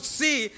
see